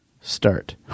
start